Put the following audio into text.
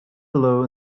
below